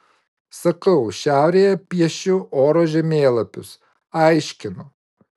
sakau šiaurėje piešiu oro žemėlapius aiškinu